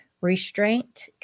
restraint